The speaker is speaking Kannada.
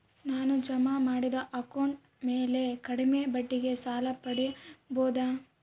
ನಾನು ಜಮಾ ಮಾಡಿದ ಅಕೌಂಟ್ ಮ್ಯಾಲೆ ಕಡಿಮೆ ಬಡ್ಡಿಗೆ ಸಾಲ ಪಡೇಬೋದಾ?